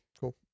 Cool